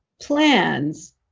plans